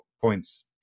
points